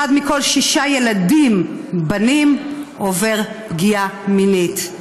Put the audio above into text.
אחד מכל שישה ילדים, בנים, עובר פגיעה מינית.